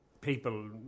People